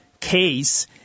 case